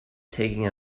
taking